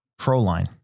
ProLine